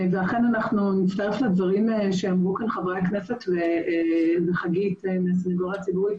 אכן אנחנו נצטרף לדברי חברי הכנסת ואמרה חגית מהסנגוריה הציבורית.